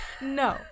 no